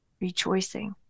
rejoicing